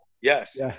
Yes